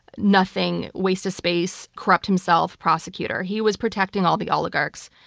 nothing, waste of space, corrupt himself prosecutor. he was protecting all the oligarchs.